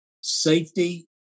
safety